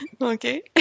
Okay